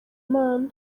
imana